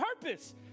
purpose